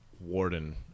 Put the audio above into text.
warden